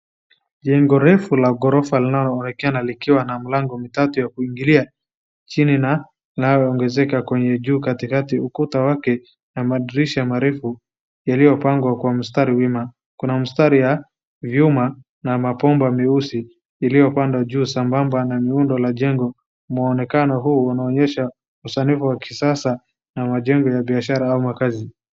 Jengo refu la ghorofa linaloonekana likiwa na milango mitatu ya kuingilia chini na linaloongezaka kwenye juu katikati na ukuta wake na madirisha marefu yaliyopangwa kwa mstari wima, Kuna mstari ya vyuma na mabomba meusi ilipangwa juu sambamba na muundo wa jengo, muonekano hii inaonyesha usanifu wa kisasa na majengo ya biashara au kazi.